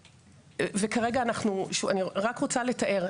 וכרגע אני רק רוצה לתאר,